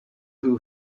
who